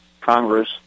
Congress